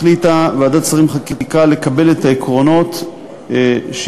החליטה ועדת השרים לחקיקה לקבל את העקרונות שהצגתי